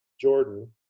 Jordan